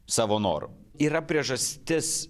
savo noru yra priežastis